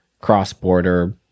cross-border